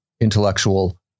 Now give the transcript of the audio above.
intellectual